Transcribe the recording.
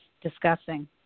discussing